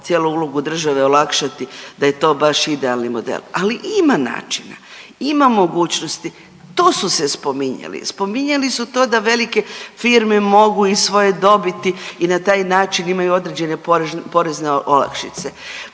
cijelu ulogu države olakšati, da je to baš idealni model, ali ima načina, ima mogućnosti, tu su se spominjali, spominjali su to da velike firme mogu iz svoje dobiti i na taj način imaju određene porezne olakšice.